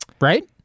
Right